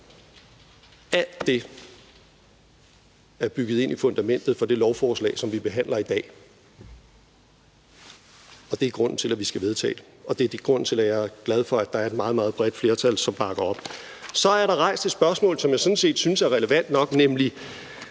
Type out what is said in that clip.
Alt det er bygget ind i fundamentet for det lovforslag, som vi behandler i dag. Det er grunden til, at vi skal vedtage det, og det er grunden til, at jeg er glad for, at der er et meget, meget bredt flertal, som bakker op om det. Så er der rejst et spørgsmål, som jeg sådan set synes er relevant nok, nemlig